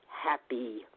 happy